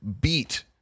beat